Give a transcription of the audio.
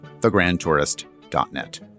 thegrandtourist.net